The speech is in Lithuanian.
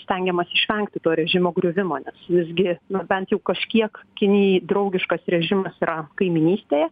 stengiamasi išvengti to režimo griuvimo nes visgi nu bent jau kažkiek kinijai draugiškas režimas yra kaimynystėje